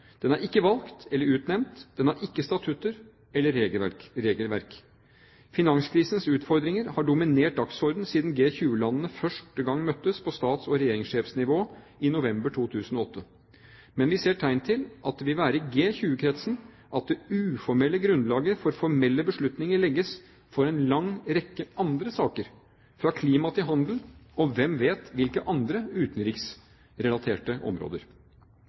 Den er ikke valgt eller utnevnt, den har ikke statutter eller regelverk. Finanskrisens utfordringer har dominert dagsordenen siden G20-landene første gang møttes på stats- og regjeringssjefsnivå i november 2008. Men vi ser tegn til at det vil være i G20-kretsen det uformelle grunnlaget for formelle beslutninger legges for en lang rekke andre saker, fra klima til handel og hvem vet hvilke andre utenriksrelaterte områder.